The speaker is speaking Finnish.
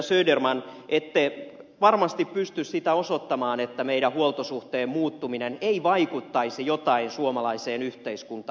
söderman ette varmasti pysty sitä osoittamaan että meidän huoltosuhteemme muuttuminen ei vaikuttaisi jotenkin suomalaiseen yhteiskuntaan